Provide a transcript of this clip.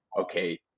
okay